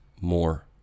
more